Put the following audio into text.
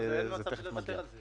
אין מצב לוותר על זה.